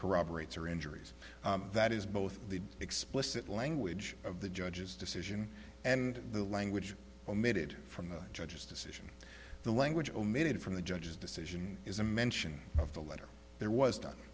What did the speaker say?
corroborates her injuries that is both the explicit language of the judge's decision and the language omitted from the judge's decision the language omitted from the judge's decision is a mention of the letter there was done